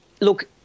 Look